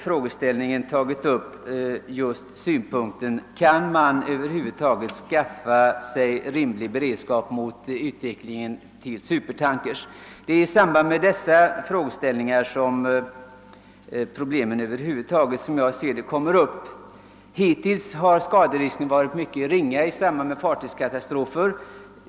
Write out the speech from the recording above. Trots detta har jag frågat om man över huvud taget kan åstadkomma rimlig beredskap när utvecklingen nu går mot supertankers. Det är i samband med dessa frågeställningar som problemen uppstår. Hittills har skaderisken varit mycket ringa i samband med fartygskatastrofer.